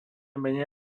menej